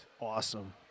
awesome